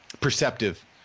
perceptive